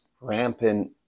rampant